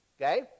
Okay